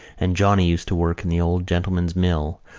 and johnny used to work in the old gentleman's mill,